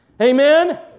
Amen